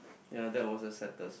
yea that was the saddest